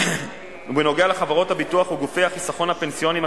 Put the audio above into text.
ובנוגע לחברות הביטוח וגופי החיסכון הפנסיוניים